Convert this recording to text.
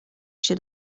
się